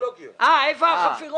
אלה בעיקר